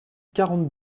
quarante